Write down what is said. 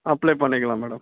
apply பண்ணிக்கலாம் madam